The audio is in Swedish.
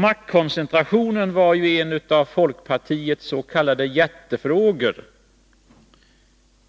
Maktkoncentrationen var en av folkpartiets s.k. hjärtefrågor.